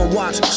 watch